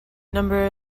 number